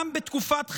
גם בתקופת חירום,